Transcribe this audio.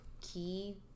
key